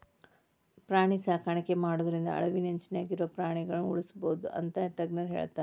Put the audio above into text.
ಪ್ರಾಣಿ ಸಾಕಾಣಿಕೆ ಮಾಡೋದ್ರಿಂದ ಅಳಿವಿನಂಚಿನ್ಯಾಗ ಇರೋ ಪ್ರಾಣಿಗಳನ್ನ ಉಳ್ಸ್ಬೋದು ಅಂತ ತಜ್ಞರ ಹೇಳ್ತಾರ